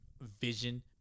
vision